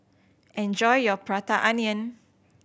enjoy your Prata Onion